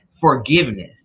forgiveness